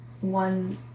one